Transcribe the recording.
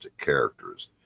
characters